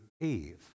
Eve